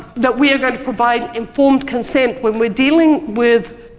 that we're going to provide informed consent when we are dealing with